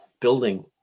building